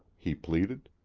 he pleaded.